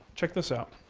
check this out.